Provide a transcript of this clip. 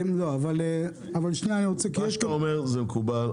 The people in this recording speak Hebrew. מה שאתה אומר מקובל.